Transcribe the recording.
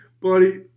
Buddy